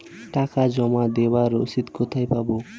টাকা জমা দেবার রসিদ কোথায় পাব?